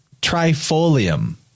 trifolium